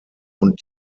und